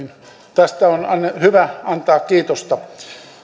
tästä on on hyvä antaa kiitosta